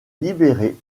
libérée